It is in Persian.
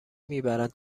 میبرند